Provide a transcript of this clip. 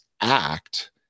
act